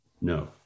No